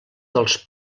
dels